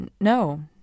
No